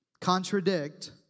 contradict